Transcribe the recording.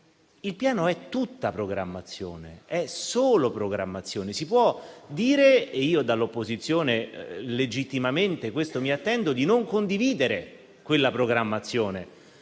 debito - è tutta e solo programmazione. Si può dire - e io dall'opposizione legittimamente questo mi attendo - di non condividere quella programmazione.